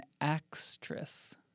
actress